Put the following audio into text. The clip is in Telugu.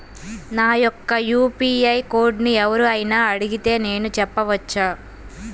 నా యొక్క యూ.పీ.ఐ కోడ్ని ఎవరు అయినా అడిగితే నేను చెప్పవచ్చా?